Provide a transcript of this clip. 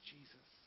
Jesus